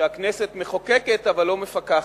שהכנסת מחוקקת אבל לא מפקחת.